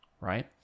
right